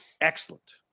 excellent